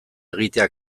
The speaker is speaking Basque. egitea